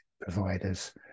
providers